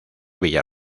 villa